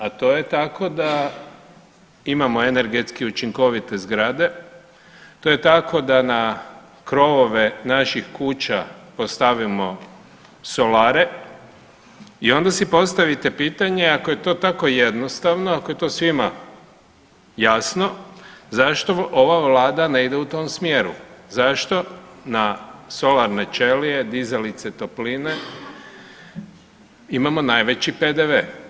A to je tako da imamo energetski učinkovite zgrade, to je tako da na krovove naših kuća postavimo solare i onda si postavite pitanje ako je to tako jednostavno, ako je to svima jasno zašto ova vlada ne ide u tom smjeru, zašto na solarne ćelije, dizalice topline imamo najveći PDV.